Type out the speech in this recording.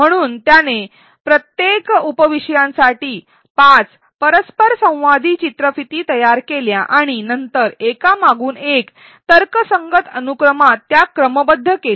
म्हणून त्याने प्रत्येक उप विषयांसाठी ५ परस्परसंवादी चित्रफिती तयार केल्या आणि नंतर एकामागून एक तर्कसंगत अनुक्रमात त्या क्रमबद्ध केल्या